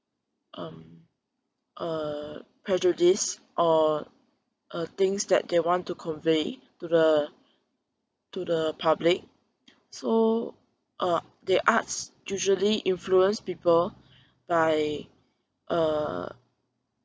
um uh prejudice or uh things that they want to convey to the to the public so uh the arts usually influence people by uh